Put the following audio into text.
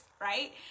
right